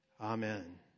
Amen